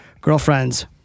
girlfriend's